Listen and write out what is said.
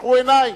חשכו עיני.